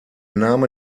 name